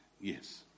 yes